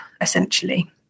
essentially